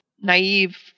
naive